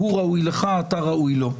הוא ראוי לך, אתה ראוי לו.